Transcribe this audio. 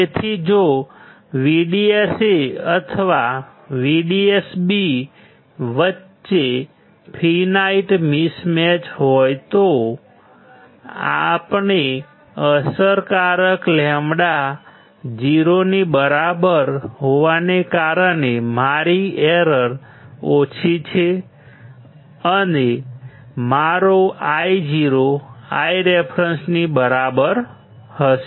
તેથી જો VDSA અથવા VDSB વચ્ચે ફિનાઈટ મિસમેચ હોય તો પણ અસરકારક λ 0 ની બરાબર હોવાને કારણે મારી એરર ઓછી છે અને મારો Io Ireference ની બરાબર હશે